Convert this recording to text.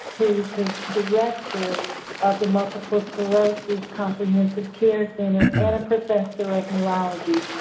who's the director of the multiple sclerosis comprehensive care center and a professor of neurology.